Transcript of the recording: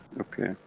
okay